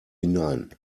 hinein